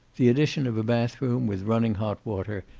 the addition of a bathroom, with running hot water,